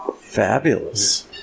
Fabulous